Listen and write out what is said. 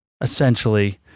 essentially